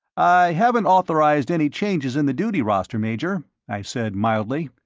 i haven't authorized any changes in the duty roster, major, i said mildly.